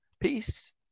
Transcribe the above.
Peace